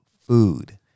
food